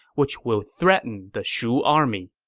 which will threaten the shu army.